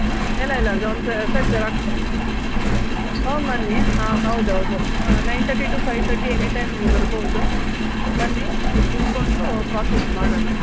ಹ್ಞೂ ಇಲ್ಲ ಇಲ್ಲ ಒಂದು ಸೆಟ್ ಜೆರಾಕ್ಸ್ ತಗೊಂಬನ್ನಿ ತಗೊಂಬನ್ನಿ ಹಾಂ ಹೌದೌದು nine thirty to five thirty any time ನೀವು ಬರ್ಬೌದು ಬನ್ನಿ ತಿಳ್ಕೊಂಡು ಪ್ರಾಸೆಸ್ ಮಾಡೋಣ